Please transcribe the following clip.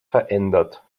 verändert